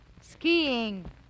Skiing